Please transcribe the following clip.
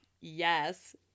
yes